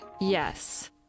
yes